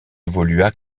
évolua